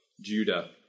Judah